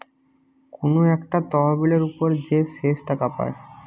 কুনু একটা তহবিলের উপর যে শেষ টাকা পায়